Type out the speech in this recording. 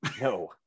No